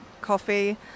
coffee